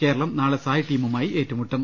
കേരളം നാളെ സായ് ടീമുമായി ഏറ്റുമുട്ടും